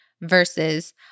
versus